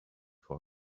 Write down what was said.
for